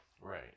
Right